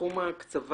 סכום ההקצבה